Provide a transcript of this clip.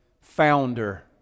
Founder